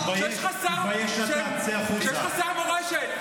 כי אתה פועל ממניעים פוליטיים.